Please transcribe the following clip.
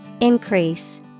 Increase